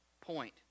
point